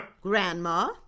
Grandma